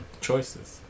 Choices